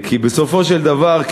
בסופו של דבר,